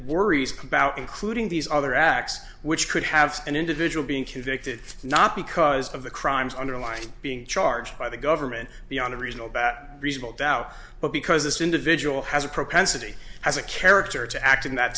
worries about including these other acts which could have an individual being convicted not because of the crimes underlying being charged by the government beyond a reasonable bat reasonable doubt but because this individual has a propensity as a character to act in that